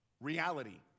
Reality